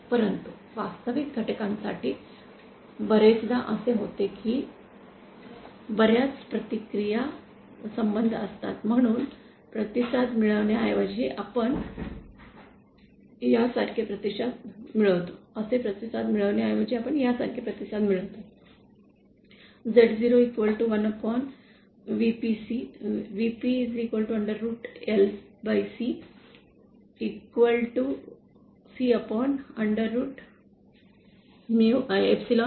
परंतु वास्तविक घटकांसाठी बरेचदा असे होते की बर्याच प्रतिकार संबन्ध असतात म्हणून असे प्रतिसाद मिळण्याऐवजी आपण यासारखे प्रतिसाद मिळवतो